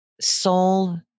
soul